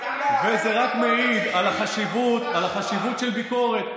וזה רק מעיד על החשיבות של ביקורת,